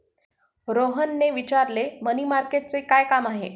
रोहनने विचारले, मनी मार्केटचे काय काम आहे?